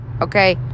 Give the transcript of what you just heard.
okay